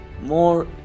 more